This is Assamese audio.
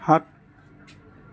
সাত